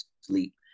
sleep